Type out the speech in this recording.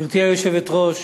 גברתי היושבת-ראש,